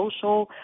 social